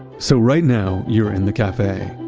so right now, you're in the cafe,